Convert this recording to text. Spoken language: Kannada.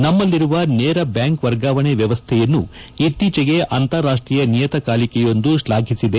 ನಮ್ಲಿರುವ ನೇರ ಬ್ಯಾಂಕ್ ವರ್ಗಾವಣೆ ವ್ಯವಸ್ಥೆಗೆ ಇತ್ತೀಚೆಗೆ ಅಂತಾರಾಷ್ಟೀಯ ನಿಯತಕಾಲಿಯೊಂದು ಶ್ಲಾಘಿಸಿದೆ